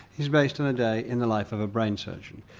is based on a day in the life of a brain surgeon.